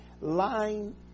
lying